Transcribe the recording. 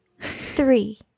Three